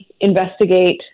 investigate